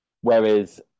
whereas